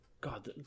God